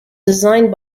designed